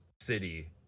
city